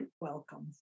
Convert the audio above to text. welcome